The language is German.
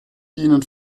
dienen